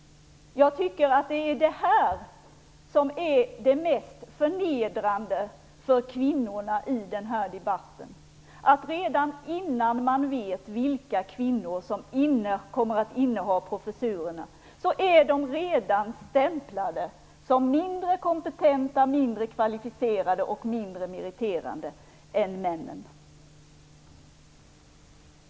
Jag tycker att detta är det mest förnedrande för kvinnorna i den här debatten. Redan innan man vet vilka kvinnor som kommer att inneha professurerna är de stämplade som mindre kompetenta, mindre kvalificerade och mindre meriterade än männen.